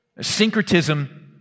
Syncretism